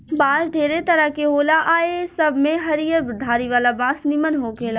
बांस ढेरे तरह के होला आ ए सब में हरियर धारी वाला बांस निमन होखेला